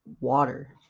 water